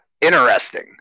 interesting